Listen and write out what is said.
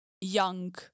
young